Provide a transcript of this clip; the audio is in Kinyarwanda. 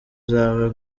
zawe